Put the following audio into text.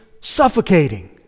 suffocating